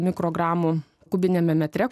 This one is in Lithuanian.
mikrogramų kubiniame metre